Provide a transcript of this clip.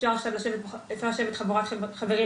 אפשר עכשיו לשבת חבורה של חברים,